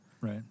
right